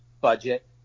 budget